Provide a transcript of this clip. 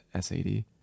SAD